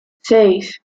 seis